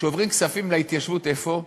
שעוברים כספים להתיישבות, איפה?